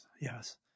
yes